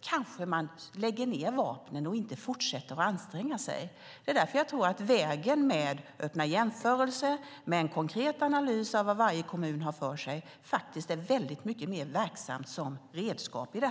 kanske man lägger ned vapnen. Man fortsätter inte att anstränga sig. Det är därför jag tror att vägen med öppna jämförelser och med en konkret analys av vad varje kommun har för sig är mycket mer verksam som redskap i arbetet.